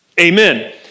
Amen